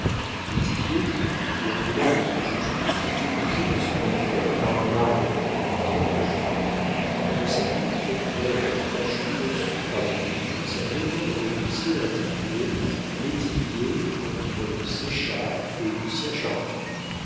métivier qui appela de ce jugement fut débouté de son appel par un arrêt le trente juillet le sept août maître cachan reçut par la diligence un énorme dossier intitulé métivier contre séchard et lucien chardon